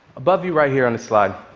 above you right here on the slide